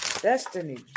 Destiny